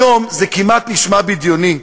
היום זה כמעט נשמע בדיוני,